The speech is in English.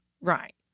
Right